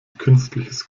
künstliches